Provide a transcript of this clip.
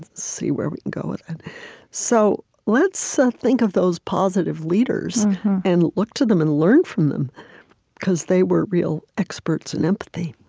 see where we can go with it. so let's so think of those positive leaders and look to them and learn from them because they were real experts in empathy